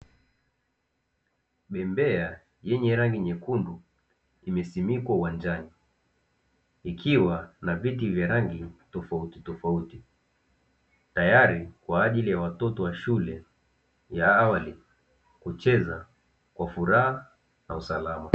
Bembea yenye rangi nyekundu imesimikwa uwanjani. Ikiwa na viti vya rangi tofautitofauti, tayari kwa ajili ya watoto wa shule ya awali kucheza kwa furaha na usalama.